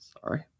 sorry